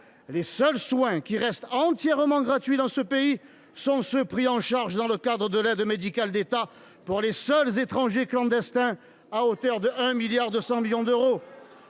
Les seuls soins qui restent entièrement gratuits dans ce pays sont ceux qui sont pris en charge dans le cadre de l’Aide médicale de l’État pour les seuls étrangers clandestins, à hauteur de 1,2 milliard d’euros